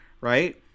right